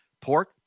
pork